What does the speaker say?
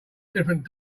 different